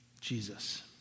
Jesus